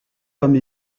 comme